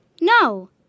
No